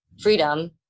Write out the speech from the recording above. freedom